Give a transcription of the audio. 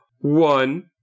one